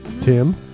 Tim